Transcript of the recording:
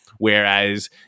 Whereas